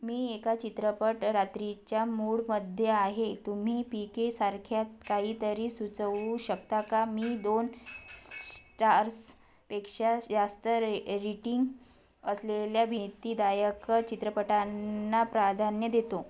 मी एका चित्रपट रात्रीच्या मूडमध्ये आहे तुम्ही पी के सारख्यात काहीतरी सुचवू शकता का मी दोन स्टार्सपेक्षा जास्त रे रेटिंग असलेल्या भीतीदायक चित्रपटांना प्राधान्य देतो